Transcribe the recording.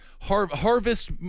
harvest